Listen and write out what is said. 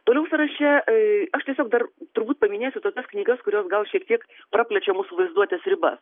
toliau sąraše aš tiesiog dar turbūt paminėsiu tokias knygas kurios gal šiek tiek praplečia mūsų vaizduotės ribas